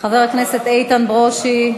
חבר הכנסת איתן ברושי.